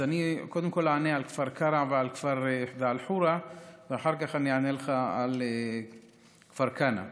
אז אני קודם כול אענה על כפר קרע ועל חורה ואחר כך אענה לך על כפר כנא.